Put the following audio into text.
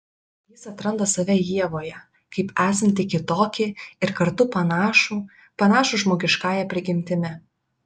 jis atranda save ievoje kaip esantį kitokį ir kartu panašų panašų žmogiškąja prigimtimi